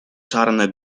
czarne